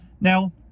Now